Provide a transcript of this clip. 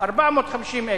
450,000,